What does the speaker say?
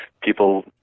people